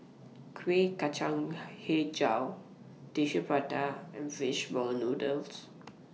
Kueh Kacang Hijau Tissue Prata and Fish Ball Noodles